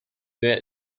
wer